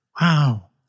Wow